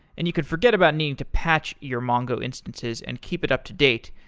and you could forget about needing to patch your mongo instances and keep it up to date,